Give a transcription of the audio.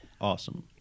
Awesome